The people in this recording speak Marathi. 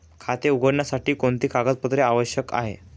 खाते उघडण्यासाठी कोणती कागदपत्रे आवश्यक आहे?